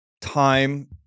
time